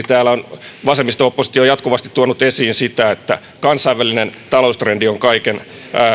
täällä on vasemmisto oppositio jatkuvasti tuonut esiin sitä että kansainvälinen taloustrendi on kaiken